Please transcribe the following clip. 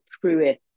truest